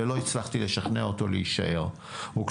ולא הצלחתי לשכנע אותו להישאר.